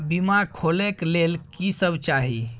बीमा खोले के लेल की सब चाही?